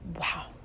Wow